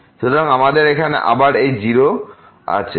সুতরাং আমাদের এখানে আবার এই 0 আছে